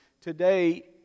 today